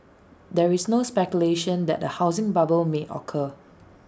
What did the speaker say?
there is no speculation that A housing bubble may occur